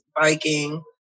biking